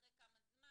אחרי כמה זמן.